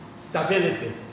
Stability